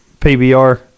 PBR